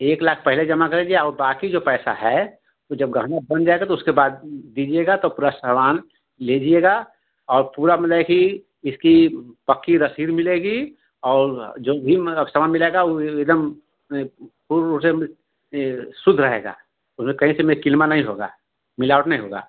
एक लाख पहले जमा करेंगे और बाकी जो पैसा है वो जब गहना बन जाएगा तो उसके बाद दीजिएगा तो पुरा सामान लीजिएगा और पूरा मतलब कि इसकी पक्की रसीद मिलेगी और जो भी समान मिलेगा वो एकदम पूर्ण रूप से ये शुद्ध रहेगा उसमें कहीं से में किलमा नहीं होगा मिलावट नहीं होगा